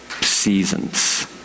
seasons